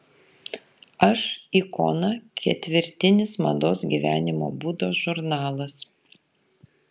aš ikona ketvirtinis mados gyvenimo būdo žurnalas